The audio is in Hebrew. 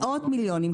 מאות מיליונים,